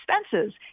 expenses